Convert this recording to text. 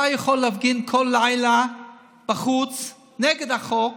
אתה יכול להפגין כל לילה בחוץ נגד החוק,